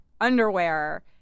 underwear